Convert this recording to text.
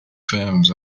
firms